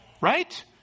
right